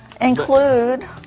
Include